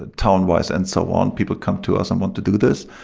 ah tone-wise and so on. people come to us and want to do this.